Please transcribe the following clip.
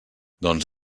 doncs